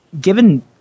Given